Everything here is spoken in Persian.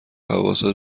حواست